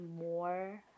more